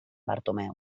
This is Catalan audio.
bartomeu